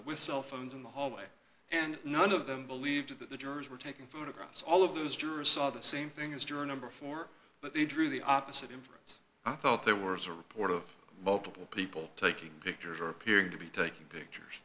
with cell phones in the hallway and none of them believed that the jurors were taking photographs all of those jurors saw the same thing as a journal before but they drew the opposite inference i thought they were as a reporter of multiple people taking pictures or appearing to be taking pictures